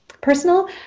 personal